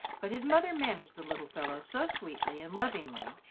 but his mother managed the little fellow so sweetly and lovingly,